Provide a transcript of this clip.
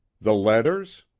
the letters?